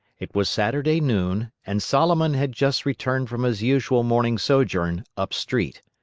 it was saturday noon, and solomon had just returned from his usual morning sojourn up-street.